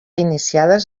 iniciades